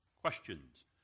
questions